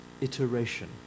iteration